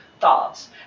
thoughts